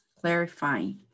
clarifying